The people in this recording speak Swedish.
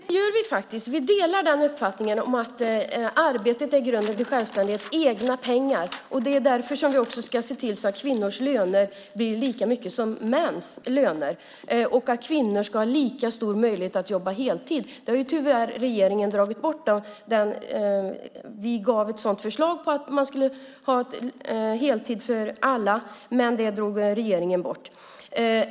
Herr talman! Ja, det gör vi faktiskt. Vi delar uppfattningen att arbetet är grunden till självständighet - egna pengar. Därför ska vi också se till att kvinnors löner blir lika höga som mäns löner och att kvinnor ska ha lika stor möjlighet att jobba heltid. Vi lade fram ett förslag om heltid för alla, men det drog regeringen bort.